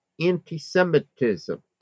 anti-Semitism